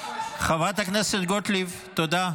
חברת הכנסת גוטליב, תודה,